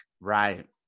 Right